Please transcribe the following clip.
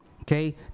okay